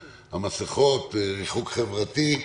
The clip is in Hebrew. המסכות, ריחוק חברתי,